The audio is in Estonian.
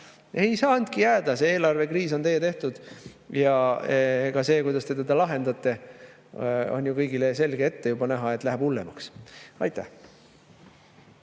ole saanudki jääda. See eelarvekriis on teie tehtud ja see, kuidas te seda lahendate – on ju kõigile selge, ette on juba näha, et läheb hullemaks. Aitäh!